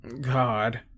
God